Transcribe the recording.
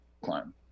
climb